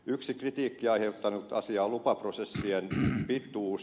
yksi kritiikkiä aiheuttanut asia on lupaprosessien pituus